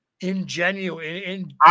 ingenuine